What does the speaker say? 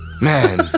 Man